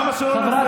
למה שלא נעשה